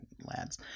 lads